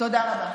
תודה רבה.